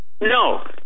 No